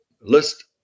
list